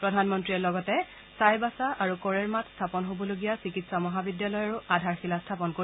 প্ৰধানমন্ত্ৰীয়ে লগতে চাইবাচা আৰু কড়েৰমাত স্থাপন হ'বলগীয়া চিকিৎসা মহাবিদ্যালয়ৰো আধাৰশিলা স্থাপন কৰিব